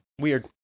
Weird